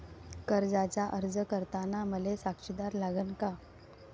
कर्जाचा अर्ज करताना मले साक्षीदार लागन का?